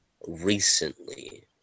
recently